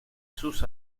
sus